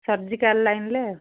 surgical ଲାଇନ୍ରେ ଆଉ